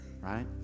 right